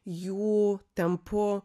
jų tempu